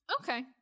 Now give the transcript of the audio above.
Okay